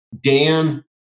Dan